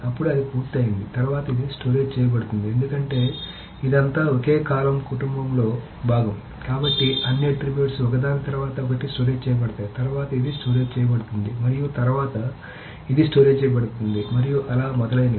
అప్పుడు అది పూర్తయింది తర్వాత ఇది స్టోరేజ్ చేయబడుతుంది ఎందుకంటే ఇదంతా ఒకే కాలమ్ కుటుంబాలలో భాగం కాబట్టి అన్ని ఆట్రిబ్యూట్స్ ఒకదాని తర్వాత ఒకటి స్టోరేజ్ చేయబడతాయి తర్వాత ఇది స్టోరేజ్ చేయబడుతుంది మరియు తరువాత ఇది స్టోరేజ్ చేయబడుతుంది మరియు అలా మొదలైనవి